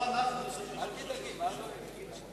לא אנחנו צריכים לחשוש.